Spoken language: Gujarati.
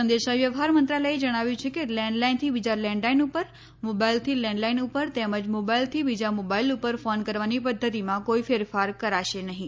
સંદેશાવ્યવહાર મંત્રાલયે જણાવ્યું છે કે લેન્ડલાઇનથી બીજા લેન્ડલાઇન ઉપર મોબાઇલથી લેન્ડલાઇન ઉપર તેમજ મોબાઇલથી બીજા મોબાઇલ ઉપર ફોન કરવાની પધ્ધતિમાં કોઈ ફેરફાર કરાશે નહીં